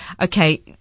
okay